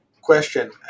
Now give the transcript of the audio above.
question